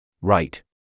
Right